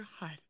God